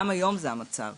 גם היום זה המצב.